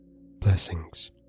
Blessings